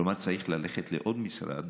כלומר, צריך ללכת לעוד משרד